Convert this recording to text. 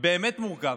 באמת מורכב,